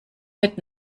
mit